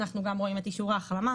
אנחנו גם רואים את אישור ההחלמה.